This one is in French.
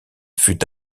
fut